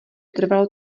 trvalo